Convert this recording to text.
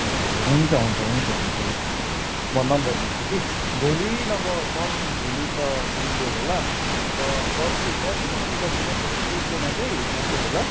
हुन्छ हुन्छ हुन्छ हुन्छ ल म नम्बर दिन्छु कि भोलि नभए पर्सि भोलि त सनडे होला त पर्सि पर्सि नभए निकोर्सि मनडे कि त टिउसडेमा चाहिँ आउँछ नि ल